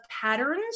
patterns